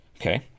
Okay